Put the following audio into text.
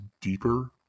deeper